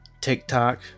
TikTok